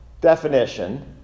definition